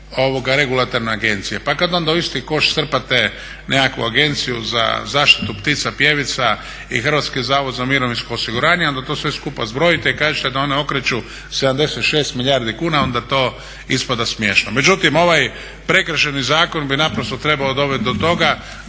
krive regulatorne agencije. Pa kad onda u isti koš strpate nekakvu agenciju za zaštitu ptica pjevica i Hrvatski zavod za mirovinsko osiguranje onda to sve skupa zbrojite i kažete da one okreću 76 milijardi kuna, onda to ispada smiješno. Međutim, ovaj Prekršajni zakon bi naprosto trebao dovest do toga